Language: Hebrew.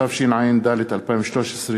התשע"ד 2013,